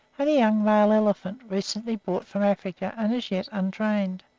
and a young male elephant recently brought from africa and as yet untrained.